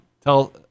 tell